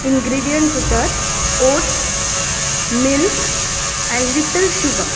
ingredients आसात oats milk and little sugar